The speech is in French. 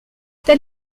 tel